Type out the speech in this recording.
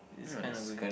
it's kind of good hero